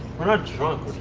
we're not drunk,